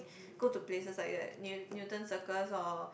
go to places like that new~ Newton Circus or